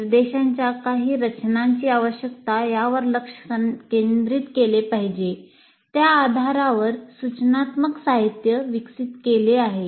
निर्देशांच्या काही रचनाची आवश्यकता यावर लक्ष केंद्रित केले पाहिजे त्या आधारावर सूचनात्मक साहित्य विकसित केले आहे